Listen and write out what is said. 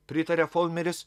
pritaria folmeris